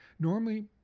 normally